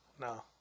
No